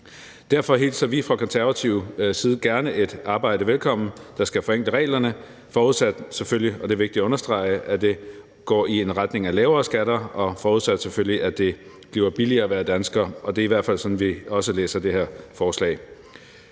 Derfor hilser vi fra Konservatives side gerne et arbejde velkommen, der skal forenkle reglerne, selvfølgelig forudsat – og det er vigtigt at understrege – at det går i en retning af lavere skatter, og selvfølgelig forudsat at det bliver billigere at være dansker, og det er i hvert fald sådan, vi også læser det her forslag.